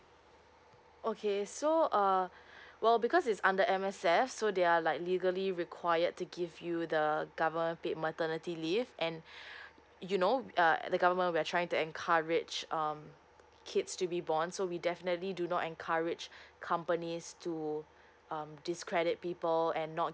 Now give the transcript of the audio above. okay so uh well because it's under M_S_F so they are like legally required to give you the government paid maternity leave and you know uh the government we're trying to encourage um kids to be born so we definitely do not encourage companies to um discredit people and not